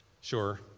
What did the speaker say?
Sure